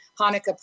Hanukkah